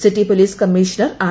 city police commissioner R